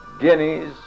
guineas